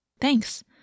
Thanks